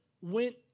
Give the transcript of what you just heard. went